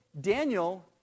Daniel